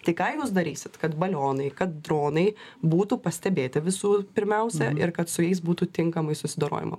tai ką jūs darysit kad balionai kad dronai būtų pastebėti visų pirmiausia ir kad su jais būtų tinkamai susidorojama